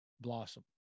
blossom